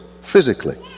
physically